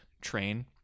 train